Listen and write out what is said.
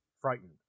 frightened